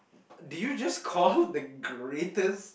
did you just call the greatest